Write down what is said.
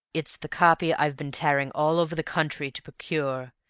it's the copy i've been tearing all over the country to procure.